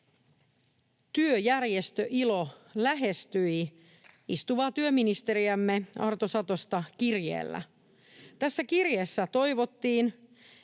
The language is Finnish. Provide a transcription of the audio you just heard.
työjärjestö ILO lähestyi istuvaa työministeriämme Arto Satosta kirjeellä. Tässä kirjeessä toivottiin,